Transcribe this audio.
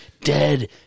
dead